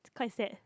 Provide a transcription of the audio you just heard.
quite sad